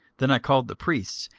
then i called the priests,